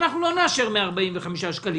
אנחנו לא נאשר 145 שקלים.